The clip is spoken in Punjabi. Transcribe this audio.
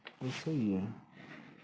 ਇਸ ਨੂੰ